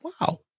wow